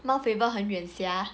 mount faber 很远 sia